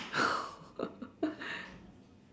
oh